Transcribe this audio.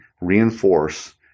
reinforce